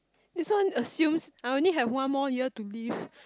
this one assumes I only have one more year to live